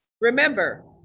Remember